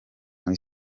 muri